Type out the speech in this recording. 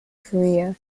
korea